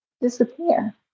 disappear